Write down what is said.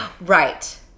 Right